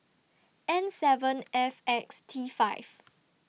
N seven F X T five